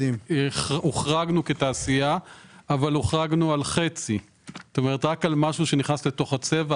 הוחרגנו בתעשייה אבל הוחרגנו על חצי כלומר רק משהו שהוכנס תוך הצבע.